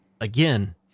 again